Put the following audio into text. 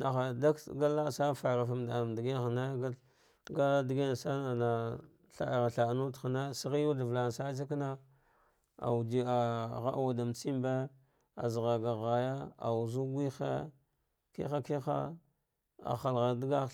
naha dak ga la'asana farat ga digana sana hana, ga digina na thadargha thaah wude hene, saghe yu we da valansane tsavana awuja ah waah wude mbe sembe azagh ga ghaya awuzu ghehe kiha kiha ah hatghar daghtha.